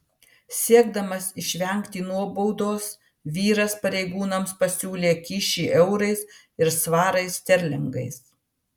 siekdamas išvengti nuobaudos vyras pareigūnams pasiūlė kyšį eurais ir svarais sterlingais